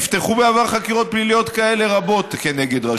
נפתחו בעבר חקירות פליליות רבות נגד ראשי ערים.